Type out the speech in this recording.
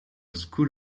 school